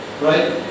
right